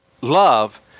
love